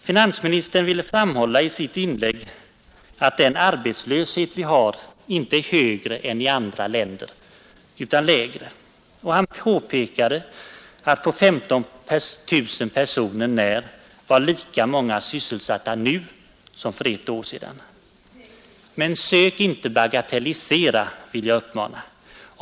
Finansministern ville framhålla i sitt inlägg att den arbetslöshet vi har inte är högre än i andra länder utan lägre. Och han påpekade att på 15 000 personer när var lika många sysselsatta nu som för ett år sedan. Men jag vill uppmana herr Sträng: Sök inte bagatellisera!